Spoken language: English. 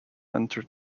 entered